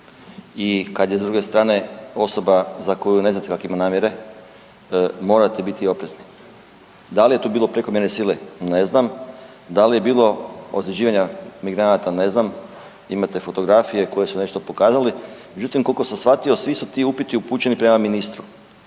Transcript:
i kada je s druge strane osoba za koju ne znate kakve ima namjere morate biti oprezni. Da li je tu bilo prekomjerne sile, ne znam. Da li je bilo ozljeđivanja migranata, ne znam. Imate fotografije koje su nešto pokazali. Međutim, koliko sam shvatio svi su ti uputi upućeni prema ministru.